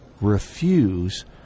refuse